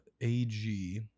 ag